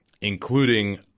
including